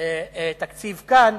תקציב כאן,